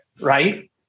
Right